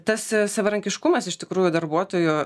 tas savarankiškumas iš tikrųjų darbuotojų